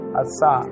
asa